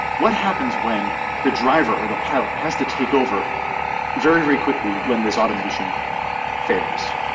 what happens when the driver or the pilot has to take over very very quickly when this automation fails